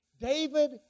David